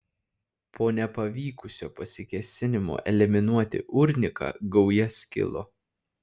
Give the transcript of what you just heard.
po nepavykusio pasikėsinimo eliminuoti urniką gauja skilo